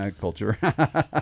culture